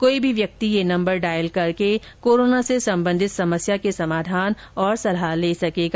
कोई भी व्यक्ति ये नम्बर डायल करके कोरोना से संबंधित समस्या के समाधान तथा सलाह ले सकेगा